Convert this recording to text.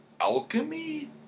Alchemy